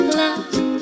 love